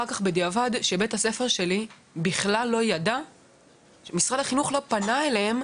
שמשרד החינוך בכלל לא פנה לבית הספר שלי,